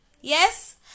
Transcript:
Yes